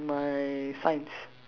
my science